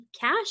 cash